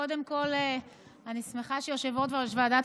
קודם כול אני שמחה שיושב-ראש ועדת